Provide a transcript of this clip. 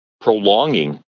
prolonging